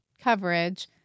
coverage